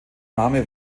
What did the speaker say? name